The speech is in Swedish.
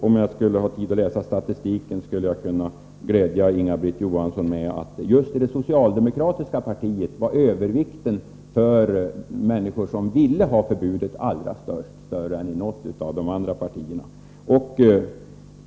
Om jag hade Torsdagen den haft tid att läsa upp statistik, skulle jag ha kunnat glädja Inga-Britt Johansson 26 april 1984 med siffror som visar att övervikten av människor som vill ha ett förbud är allra störst inom just det socialdemokratiska partiet.